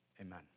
amen